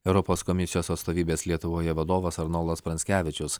europos komisijos atstovybės lietuvoje vadovas arnoldas pranckevičius